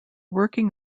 working